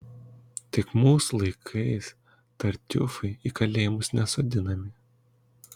tik mūsų laikais tartiufai į kalėjimus nesodinami